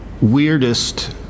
weirdest